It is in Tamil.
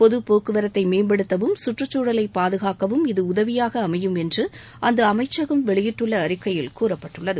பொது போக்குவரத்தை மேம்படுத்தவும் சுற்றுச்சூழலை பாதுகாக்கவும் இது உதவியாக அமையும் என்று அந்த அமைச்சகம் வெளியிட்டுள்ள அறிக்கையில் கூறப்பட்டுள்ளது